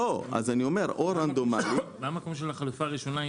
למה החלופה הראשונה?